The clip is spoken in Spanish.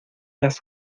las